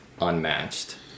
unmatched